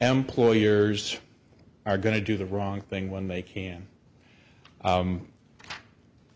employers are going to do the wrong thing when they can